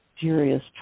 serious